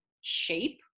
shape